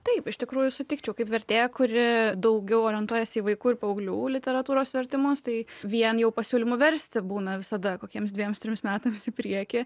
taip iš tikrųjų sutikčiau kaip vertėja kuri daugiau orientuojasi į vaikų ir paauglių literatūros vertimus tai vien jau pasiūlymų versti būna visada kokiems dviems trims metams į priekį